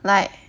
like